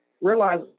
realize